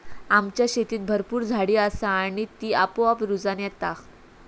आमच्या शेतीत भरपूर झाडी असा ही आणि ती आपोआप रुजान येता